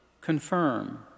confirm